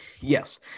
Yes